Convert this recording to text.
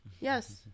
yes